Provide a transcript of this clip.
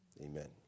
amen